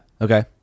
okay